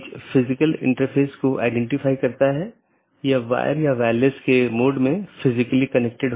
हम देखते हैं कि N1 R1 AS1 है यह चीजों की विशेष रीचाबिलिटी है